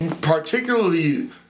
particularly